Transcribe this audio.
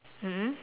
mm